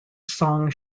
song